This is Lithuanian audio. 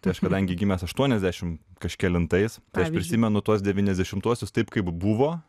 tai aš kadangi gimęs aštuoniasdešimt kažkelintais aš prisimenu tuos devyniasdešimtuosius taip kaip buvo